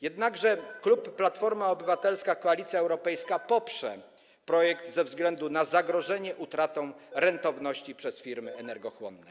Jednakże klub Platforma Obywatelska - Koalicja Obywatelska poprze projekt ze względu na zagrożenie utratą rentowności przez firmy energochłonne.